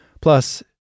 Plus